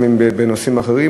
כי אם על נושאים אחרים.